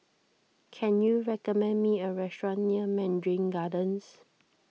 can you recommend me a restaurant near Mandarin Gardens